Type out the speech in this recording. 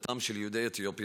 בקליטתם של יהודי אתיופיה